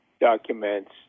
documents